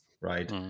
right